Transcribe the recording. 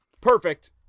Perfect